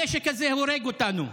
הנשק הזה הורג אותנו.